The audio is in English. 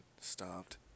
stopped